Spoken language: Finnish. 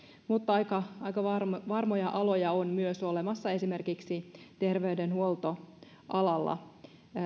mutta aika aika varmoja aloja on myös olemassa esimerkiksi terveydenhuoltoalalla